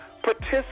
Participate